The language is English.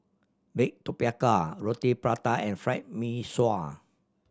bake tapioca Roti Prata and Fried Mee Sua